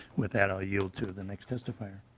with that i yield to the next testifier.